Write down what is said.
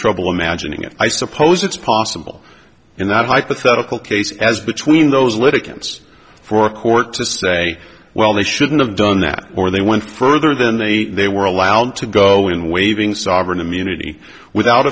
trouble imagining it i suppose it's possible in that hypothetical case as between those litigants for a court to say well they shouldn't have done that or they went further than they they were allowed to go in waiving sovereign immunity without